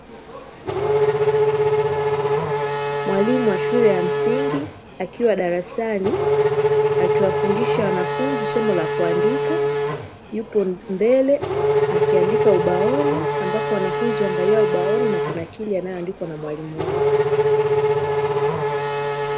Mwalimu wa shule ya msingi akiwa darasani akiwafundisha wanafunzi somo la kuandika, yupo mbele akiandika ubaoni ambapo wanafunzi huangalia ubaoni na kunakili yale yanayoandikwa na mwalimu wao.